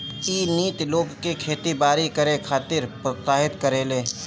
इ नीति लोग के खेती बारी करे खातिर प्रोत्साहित करेले